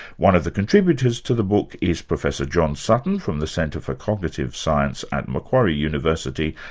one of the contributors to the book is professor john sutton, from the centre for cognitive science at macquarie university.